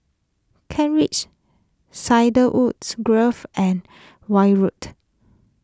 Kent Ridge Cedarwoods Grove and Weld Road